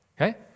Okay